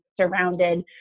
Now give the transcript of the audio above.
surrounded